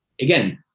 again